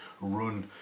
run